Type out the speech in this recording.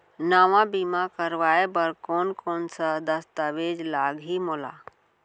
नवा बीमा करवाय बर कोन कोन स दस्तावेज लागही मोला?